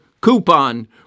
coupon